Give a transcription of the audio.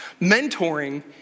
Mentoring